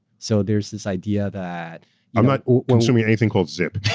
so there's this idea that i'm not consuming anything called zip.